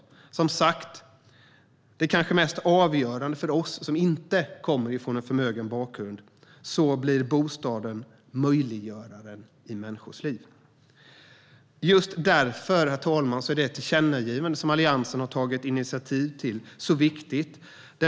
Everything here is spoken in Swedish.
Det är som sagt kanske det mest avgörande för oss som inte kommer från en förmögen bakgrund, för så blir bostaden möjliggöraren i människors liv. Herr talman! Just därför är det tillkännagivande som Alliansen tagit initiativ till så viktigt.